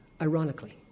Ironically